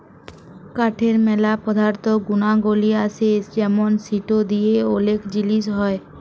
কাঠের ম্যালা পদার্থ গুনাগলি আসে যেমন সিটো দিয়ে ওলেক জিলিস হ্যয়